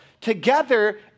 together